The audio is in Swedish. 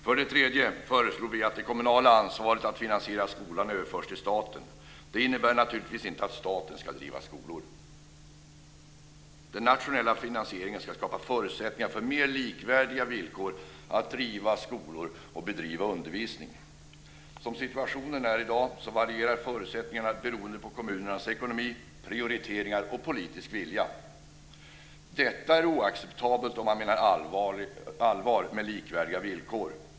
För det tredje föreslår vi att det kommunala ansvaret för att finansiera skolan överförs till staten. Det innebär naturligtvis inte att staten ska driva skolor. Den nationella finansieringen ska skapa förutsättningar för mer likvärdiga villkor när det gäller att driva skolor och bedriva undervisning. Som situationen är i dag varierar förutsättningarna beroende på kommunernas ekonomi, prioriteringar och politiska vilja. Detta är oacceptabelt om man menar allvar med likvärdiga villkor.